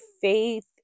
faith